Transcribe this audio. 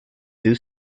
due